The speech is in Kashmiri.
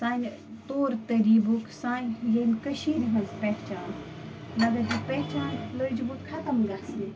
سانہِ طور طریٖبُک سانہِ ییٚمہِ کٔشیٖرِ ہٕنٛز پہچان مگر یہِ پہچان لٔج وۄنۍ ختم گژھنہِ